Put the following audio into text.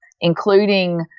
including